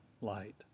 light